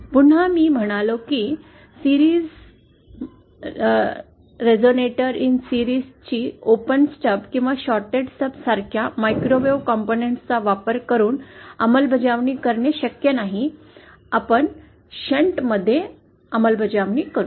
पुन्हा मी म्हणालो की मालिकेत मालिका रेझोनेटर चि ओपन स्टब किंवा शॉर्टड स्टब सारख्या मायक्रोवेव्ह घटकांचा वापर करून अंमलबजावणी करणे शक्य नाही आपन शंट मध्ये अंमलबजावणी करु